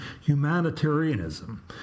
humanitarianism